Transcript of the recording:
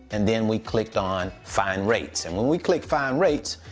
and then we clicked on find rates. and when we click find rates,